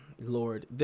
Lord